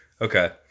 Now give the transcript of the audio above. Okay